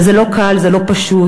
זה לא קל, זה לא פשוט.